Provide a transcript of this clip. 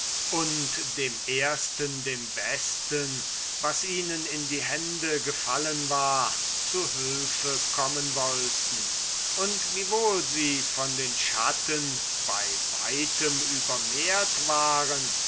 und dem ersten dem besten was ihnen in die hände gefallen war zu hülfe kommen wollten und wiewohl sie von den schatten bei weitem übermehrt waren